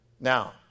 Now